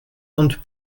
und